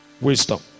wisdom